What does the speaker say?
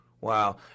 Wow